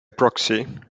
proxy